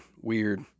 weird